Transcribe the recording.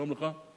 שלום לך.